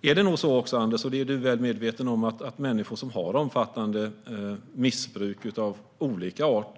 Du är nog väl medveten, Anders, om att det för människor som har omfattande missbruk av olika art